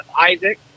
Isaac